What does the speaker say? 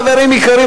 חברים יקרים,